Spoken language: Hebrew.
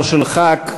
לא של חבר כנסת,